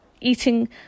eating